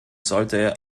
sollte